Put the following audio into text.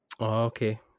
Okay